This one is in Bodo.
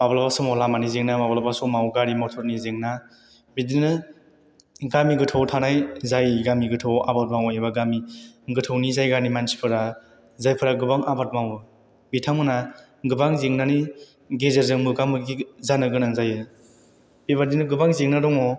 माब्लाबा समाव लामानि जेंना माब्लाबा समाव गारि मथरनि जेंना बिदिनो गामि गोथौआव थानाय जाय गामि गोथौआव आबाद मावनाय एबा गामि गोथौनि जायगानि मानसिफोरा जायफोरा गोबां आबाद मावो बिथांमोना गोबां जेंनानि गेजेरजों मोगा मोगि जानो गोनां जायो बेबायदिनो गोबां जेंना दङ